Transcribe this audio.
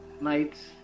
nights